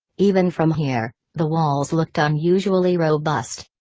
even from here, the walls looked unusually robust.